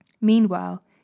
Meanwhile